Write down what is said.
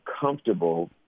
comfortable